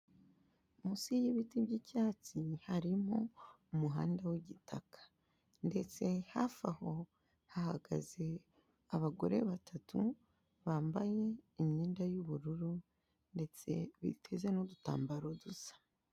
Munsi y'ibiti by'icyatsi harimo umuhanda w'igitaka ndetse hafi aho hahagaze abagore batatu bambaye imyenda y'ubururu ndetse biteze n'udutambaro dusa.